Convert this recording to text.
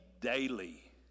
daily